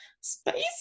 Space